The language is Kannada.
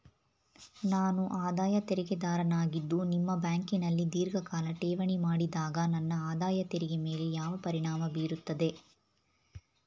ನಾನು ಆದಾಯ ತೆರಿಗೆದಾರನಾಗಿದ್ದು ನಿಮ್ಮ ಬ್ಯಾಂಕಿನಲ್ಲಿ ಧೀರ್ಘಕಾಲ ಠೇವಣಿ ಮಾಡಿದಾಗ ನನ್ನ ಆದಾಯ ತೆರಿಗೆ ಮೇಲೆ ಯಾವ ಪರಿಣಾಮ ಬೀರುತ್ತದೆ?